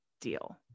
deal